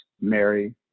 mary